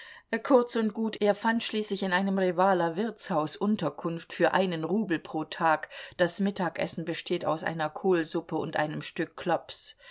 kurz und gut er fand schließlich in einem revaler wirtshaus unterkunft für einen rubel pro tag das mittagessen besteht aus einer kohlsuppe und einem stück klops